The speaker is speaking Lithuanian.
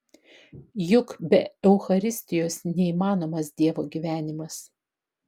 juk be eucharistijos neįmanomas dievo gyvenimas